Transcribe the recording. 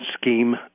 scheme